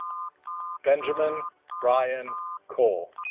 benjamin ryan cole